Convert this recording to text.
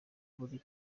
muri